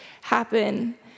happen